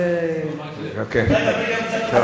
כתוב בסדר-היום: שביתת הקלדניות בבתי-המשפט